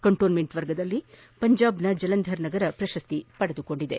cantonment ವರ್ಗದಲ್ಲಿ ಪಂಜಾಬ್ ಜಲಂಧರ್ ನಗರ ಪ್ರಶಸ್ತಿ ಪಡೆದುಕೊಂಡಿದೆ